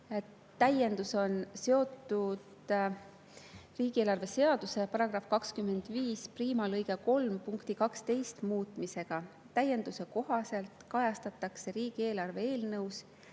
Täiendus on seotud riigieelarve seaduse § 251lõike 3 punkti 12 muutmisega. Täienduse kohaselt kajastatakse riigieelarve eelnõus,